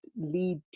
lead